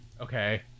okay